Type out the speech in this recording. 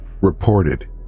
reported